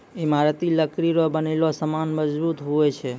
ईमारती लकड़ी रो बनलो समान मजबूत हुवै छै